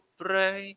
pray